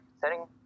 setting